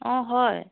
অঁ হয়